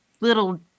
little